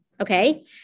Okay